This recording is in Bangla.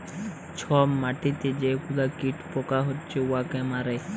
ছব মাটিতে যে গুলা কীট পকা হছে উয়াকে মারে